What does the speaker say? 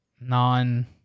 non